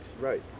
Right